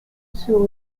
sur